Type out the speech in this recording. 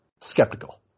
skeptical